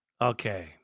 Okay